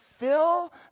Fill